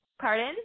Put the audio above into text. Pardon